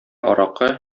аракы